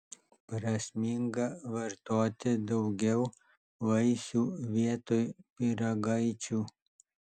prasminga vartoti daugiau vaisių vietoj pyragaičių